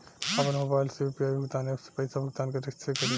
आपन मोबाइल से यू.पी.आई भुगतान ऐपसे पईसा भुगतान कइसे करि?